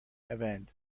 erwähnt